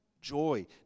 joy